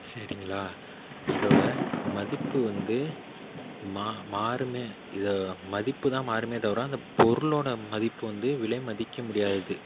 சரிங்களா இதோடய மதிப்பு வந்து மா மாறுமே இது மதிப்பு தான் மாறுமே தவிர அந்த பொருளோடய மதிப்பு வந்து விலை மதிக்க முடியாதது